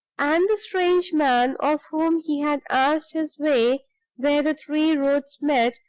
and the strange man of whom he had asked his way where the three roads met,